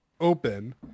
open